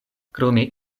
krome